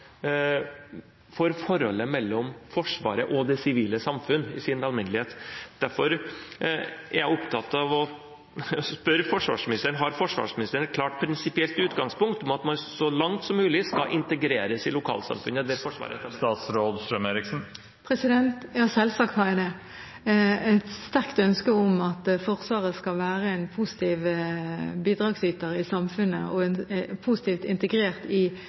for forholdet mellom Forsvaret og det sivile samfunn i sin alminnelighet. Derfor er jeg opptatt av å spørre forsvarsministeren: Har forsvarsministeren et klart prinsipielt utgangspunkt om at det Forsvaret etablerer, så langt som mulig skal integreres i lokalsamfunnet? Selvsagt har jeg et sterkt ønske om at Forsvaret skal være en positiv bidragsyter i samfunnet og positivt integrert i